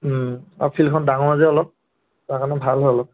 আৰু ফিল্ডখন ডাঙৰ যে অলপ তাৰ কাৰণে ভাল হয় অলপ